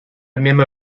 memo